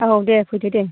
औ दे फैदो दे